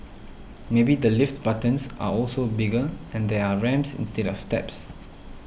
maybe the lift buttons are also bigger and there are ramps instead of steps